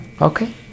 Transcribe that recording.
Okay